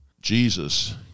Jesus